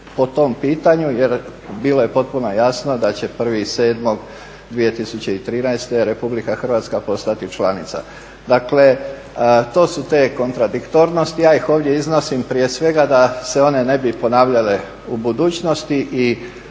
po tom pitanju. Jer bilo je potpuno jasno da će 1.7.2013. Republika Hrvatska postati članica. Dakle, to su te kontradiktornosti. Ja ih ovdje iznosim prije svega da se one ne bi ponavljale u budućnosti i